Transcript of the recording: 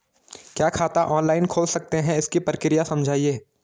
क्या खाता ऑनलाइन खोल सकते हैं इसकी प्रक्रिया समझाइए?